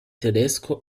tedesco